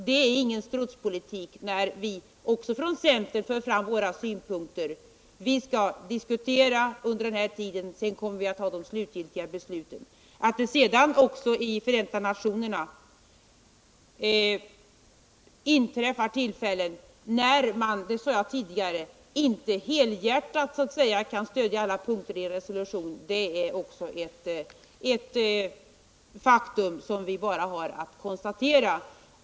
Det är ingen strutspolitik när vi också från centern för fram våra synpunkter. Vi skall diskutera under den här tiden. Sedan kommer vi att fatta de slutgiltiga besluten. Att det sedan också i Förenta nationerna finns tillfällen när man — det sade jag tidigare —- inte helhjärtat kan stödja alla punkter i en resolution är också ett faktum som vi bara har att konstatera.